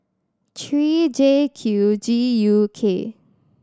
three J Q G U K